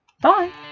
Bye